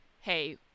hey